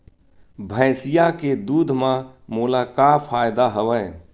भैंसिया के दूध म मोला का फ़ायदा हवय?